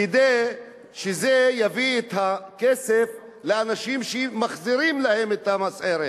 כדי שזה יביא את הכסף לאנשים שמחזירים להם את המע"מ.